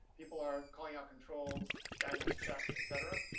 people are calling out controls, guidance check, etc.